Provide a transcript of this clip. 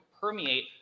permeate